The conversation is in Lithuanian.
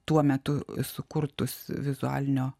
tuo metu sukurtus vizualinio